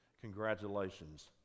Congratulations